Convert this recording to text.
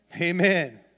Amen